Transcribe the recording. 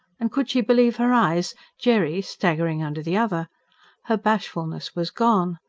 and could she believe her eyes jerry staggering under the other her bashfulness was gone.